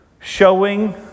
showing